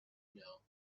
know